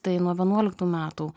tai nuo vienuoliktų metų